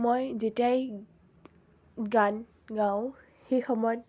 মই যেতিয়াই গান গাওঁ সেই সময়ত